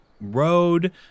Road